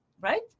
right